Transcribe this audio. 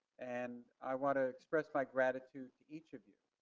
and i wanna express my gratitude to each of you